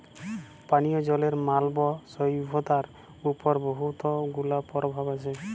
পানীয় জলের মালব সইভ্যতার উপর বহুত গুলা পরভাব আছে